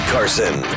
Carson